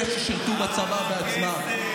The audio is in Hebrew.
אלה ששירתו בצבא בעצמם,